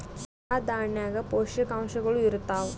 ಎಲ್ಲಾ ದಾಣ್ಯಾಗ ಪೋಷಕಾಂಶಗಳು ಇರತ್ತಾವ?